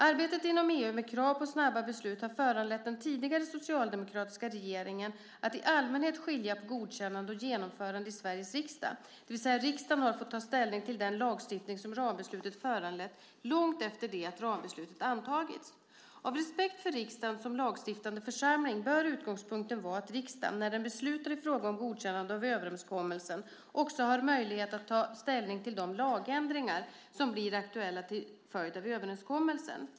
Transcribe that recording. Arbetet inom EU med krav på snabba beslut har föranlett den tidigare socialdemokratiska regeringen att i allmänhet skilja på godkännande och genomförande i Sveriges riksdag - det vill säga riksdagen har fått ta ställning till den lagstiftning som rambeslutet föranlett långt efter det att rambeslutet antagits. Av respekt för riksdagen som lagstiftande församling bör utgångspunkten vara att riksdagen, när den beslutar i fråga om godkännandet av överenskommelsen, också har möjlighet att ta ställning till de lagändringar som blir aktuella till följd av överenskommelsen.